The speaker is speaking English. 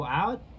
out